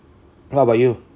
what about you